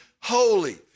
holy